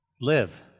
live